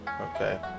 Okay